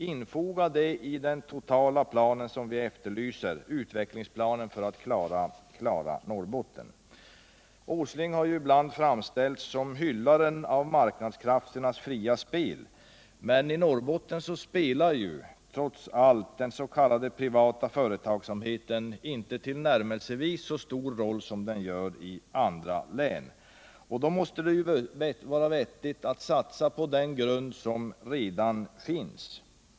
Infoga dem i den totala utvecklingsplan som vi efterlyser för att klara Norrbotten! Nils Åsling har ibland framställts som hyllare av marknadskrafternas fria spel, men i Norrbotten spelar trots allt den s.k. privata företagsamheten inte tillnärmelsevis så stor roll som den gör i andra län. Då måste det ju vara vettigt att satsa på den grund som redan finns.